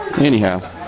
Anyhow